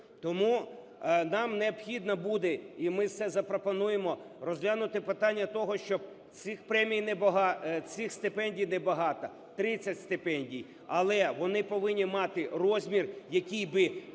Тому нам необхідно буде, і ми це запропонуємо, розглянути питання того, щоб цих премій небагато... цих стипендій небагато, 30 стипендій, але вони повинні мати розмір, який би